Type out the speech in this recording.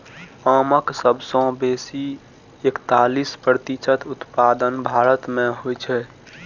आमक सबसं बेसी एकतालीस प्रतिशत उत्पादन भारत मे होइ छै